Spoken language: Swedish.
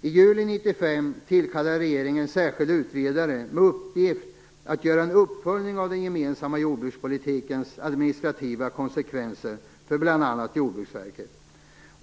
I juli 1995 tillkallade regeringen en särskild utredare med uppgift att göra en uppföljning av den gemensamma jordbrukspolitikens administrativa konsekvenser för bl.a. Jordbruksverket.